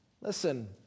Listen